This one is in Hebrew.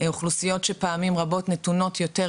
אוכלוסיות שנתונות פעמים רבות לניצול,